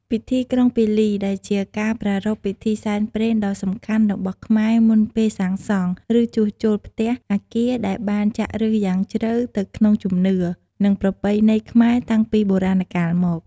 ពិធីក្រុងពាលី ដែលជាការប្រារព្ធពិធីសែនព្រែនដ៍សំខាន់របស់ខ្មែរមុនពេលសាងសង់ ឬជួសជុល ផ្ទះ អគារ ដែលបានចាក់ឫសយ៉ាងជ្រៅទៅក្នុងជំនឿ និងប្រពៃណីខ្មែរតាំងពីបុរាណកាលមក។